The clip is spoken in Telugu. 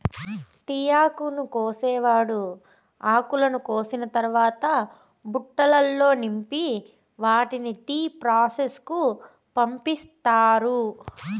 టీ ఆకును కోసేవారు ఆకును కోసిన తరవాత బుట్టలల్లో నింపి వాటిని టీ ప్రాసెస్ కు పంపిత్తారు